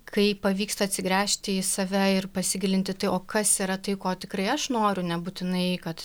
kai pavyksta atsigręžti į save ir pasigilinti tai o kas yra tai ko tikrai aš noriu nebūtinai kad